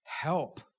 help